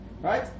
right